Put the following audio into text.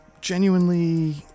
genuinely